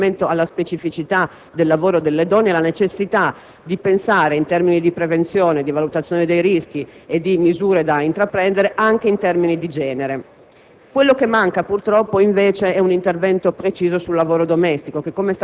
quegli arricchimenti del testo di legge che facevano riferimento alla specificità del lavoro delle donne e alla necessità di pensare in termini di prevenzione, di valutazione dei rischi e di misure da intraprendere anche in termini di genere.